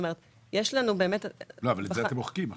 את זה אתם מוחקים עכשיו.